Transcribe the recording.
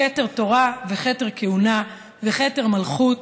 כתר תורה וכתר כהונה וכתר מלכות,